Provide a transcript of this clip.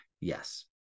Yes